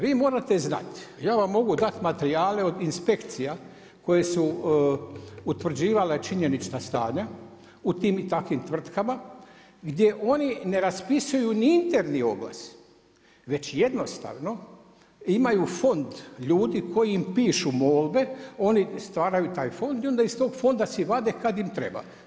Vi morate znati, ja vam mogu dati materijale od inspekcija koje su utvrđivale činjenična stanja u tim i takvim tvrtkama gdje oni ne raspisuju ni interni oglas već jednostavno imaju fond ljudi koji im pišu molbe, oni stvaraju taj fond i onda iz tog fonda si vade kada im treba.